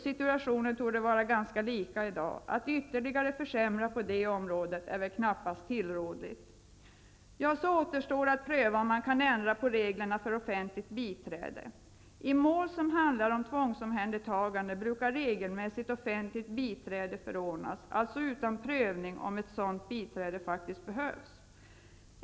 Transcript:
Situationen torde vara ganska likartad i dag. Att ytteligare försämra på det området är knappast tillrådligt. Då återstår det att pröva om man kan ändra reglerna för offentligt biträde. I mål som handlar om tvångsomhändertagande brukar regelmässigt offentligt biträde förordnas, alltså utan prövning om ett sådant biträde faktiskt behövs.